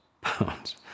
pounds